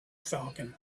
falcon